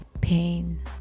pain